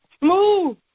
move